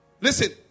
Listen